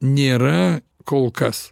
nėra kol kas